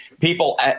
people